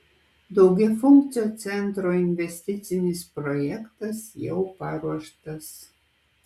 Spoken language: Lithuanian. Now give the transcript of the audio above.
daugiafunkcio centro investicinis projektas jau paruoštas